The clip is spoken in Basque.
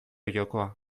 jokoa